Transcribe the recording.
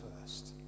first